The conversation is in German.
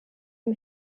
ihm